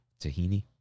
Tahini